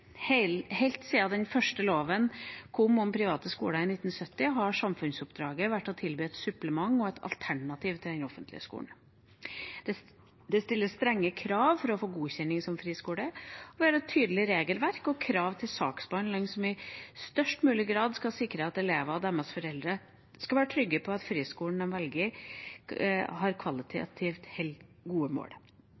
Helt siden den første loven om private skoler kom i 1970, har samfunnsoppdraget vært å tilby et supplement og et alternativ til den offentlige skolen. Det stilles strenge krav for å få godkjenning som friskole, og vi har et tydelig regelverk og krav til saksbehandlingen som i størst mulig grad skal sikre at elevene og deres foreldre skal være trygge på at friskolen de velger,